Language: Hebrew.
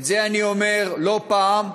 את זה אני אומר לא פעם,